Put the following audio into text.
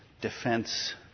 defense